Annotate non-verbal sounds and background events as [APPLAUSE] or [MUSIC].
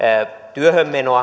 työhönmenon [UNINTELLIGIBLE]